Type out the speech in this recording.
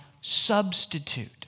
substitute